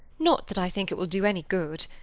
not that i think it will do any good.